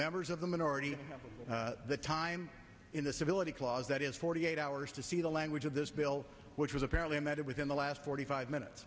members of the minority the time in the civility clause that is forty eight hours to see the language of this bill which was apparently met it within the last forty five minutes